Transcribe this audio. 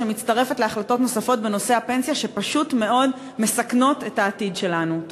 שמצטרפת להחלטות נוספות בנושא הפנסיה שפשוט מסכנות מאוד את העתיד שלנו.